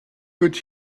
wird